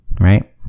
right